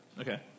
Okay